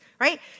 right